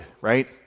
right